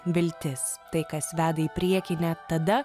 viltis tai kas veda į priekį net tada